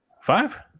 Five